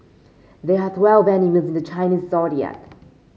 there are twelve animals in the Chinese Zodiac